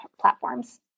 platforms